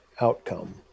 outcome